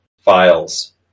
files